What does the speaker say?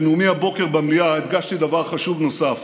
בנאומי הבוקר במליאה הדגשתי דבר חשוב נוסף.